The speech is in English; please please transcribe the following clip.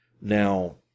Now